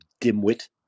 dimwit